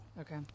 Okay